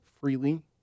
freely